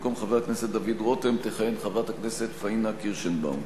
במקום חבר הכנסת דוד רותם תכהן חברת הכנסת פניה קירשנבאום.